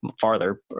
farther